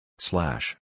Slash